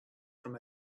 from